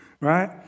right